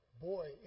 boy